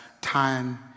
time